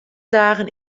dagen